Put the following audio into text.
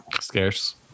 scarce